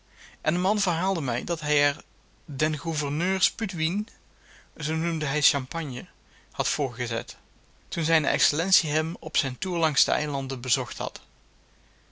en de man verhaalde mij dat hij er den gouverneur spuutwien zoo noemde hij champagne had voorgezet toen zex hem op zijn toer langs de eilanden bezocht had